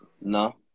No